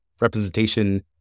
representation